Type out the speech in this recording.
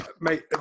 Mate